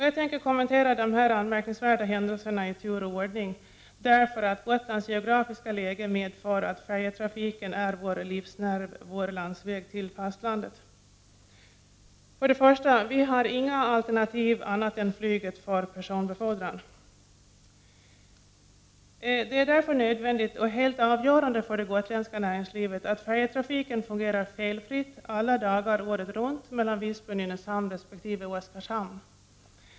Jag tänker kommentera dessa anmärkningsvärda händelser i tur och ord ning, därför att Gotlands geografiska läge medför att färjetrafiken är vår livsnerv, vår landsväg till fastlandet. För det första: Vi har inga alternativ annat än flyget för personbefordran. Det är därför nödvändigt och helt avgörande för det gotländska näringslivet att färjetrafiken mellan Visby och Nynäshamn resp. Oskarshamn fungerar felfritt alla dagar året runt.